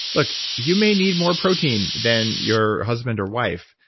look, you may need more protein than your husband or wife.